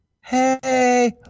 hey